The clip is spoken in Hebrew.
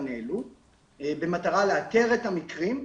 במטרה לאתר את המקרים,